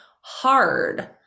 hard